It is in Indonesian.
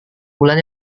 bulan